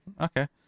okay